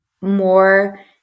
more